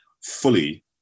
fully